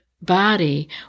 body